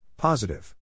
Positive